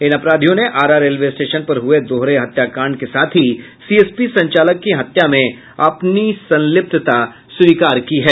इन अपराधियों ने Ara railway station पर हये दोहरे हत्या कांड के साथ ही सीएसपी संचालक की हत्या में अपनी संलिप्तता स्वीकार की है